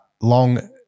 long